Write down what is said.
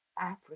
Africa